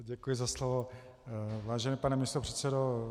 Děkuji za slovo, vážený pane místopředsedo.